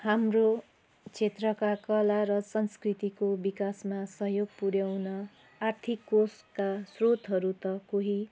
हाम्रो क्षेत्रका कला र संस्कृतिको विकासमा सहयोग पुऱ्याउन आर्थिक कोषका स्रोतहरू त कोही